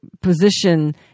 position